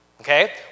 Okay